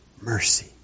mercy